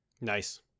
Nice